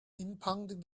impounding